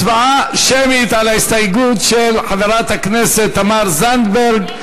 הצבעה שמית על ההסתייגות של חברת הכנסת תמר זנדברג,